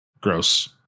gross